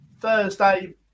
Thursday